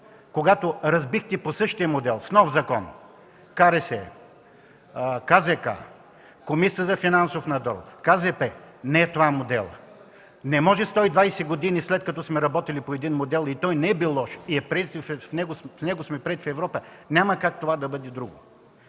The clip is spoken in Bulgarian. когато разбихте по същия модел – с нов закон КРС, КЗК, Комисията за финансов надзор, КЗП, не е това моделът. Не може 120 години, след като сме работили по един модел и той не е бил лош, с него сме приети в Европа, няма как това да бъде друго.